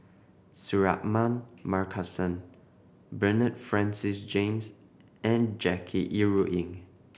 Suratman Markasan Bernard Francis James and Jackie Yi Ru Ying